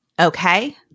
Okay